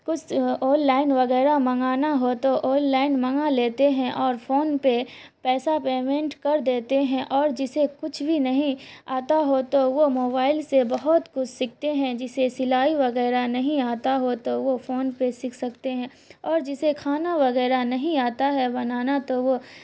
کچھ online وغیرہ منگانا ہو تو آن لائن منگا لیتے ہیں اور فون پہ پیسہ پیمنٹ کر دیتے ہیں اور جسے کچھ بھی نہیں آتا ہو تو وہ موبائل سے بہت کچھ سیکھتے ہیں جسے سلائی وغیرہ نہیں آتا ہو تو وہ فون پہ سیکھ سکتے ہیں اور جسے کھانا وغیرہ نہیں آتا ہے بنانا تو وہ